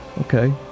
Okay